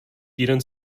týden